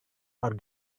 are